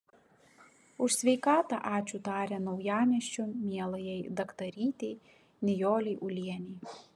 už sveikatą ačiū taria naujamiesčio mielajai daktarytei nijolei ulienei